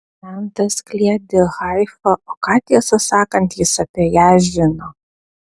žentas kliedi haifa o ką tiesą sakant jis apie ją žino